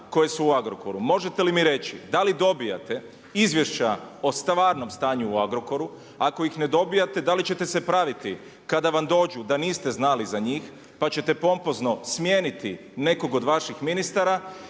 koji su u Agrokoru. Možete li mi reći, da li dobijete izvješća o stvarnom stanju u Agrokoru, ako ih ne dobijete, da li ćete se praviti, kada vam dođu da niste znali za njih. Pa ćete pompozno smijeniti nekog od vaših ministara